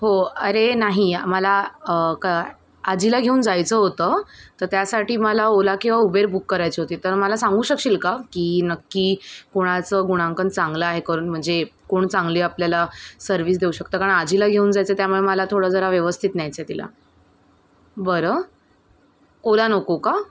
हो अरे नाही आम्हाला का आजीला घेऊन जायचं होतं तर त्यासाठी मला ओला किंवा उबेर बुक करायची होती तर मला सांगू शकशील का की नक्की कोणाचं गुणांकन चांगलं आहे कारण म्हणजे कोण चांगली आपल्याला सर्विस देऊ शकतं कारण आजीला घेऊन जायचं त्यामुळे मला थोडं जरा व्यवस्थित न्यायचं आहे तिला बरं ओला नको का